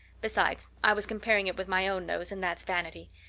besides, i was comparing it with my own nose and that's vanity.